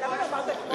למה לא אמרת כמו,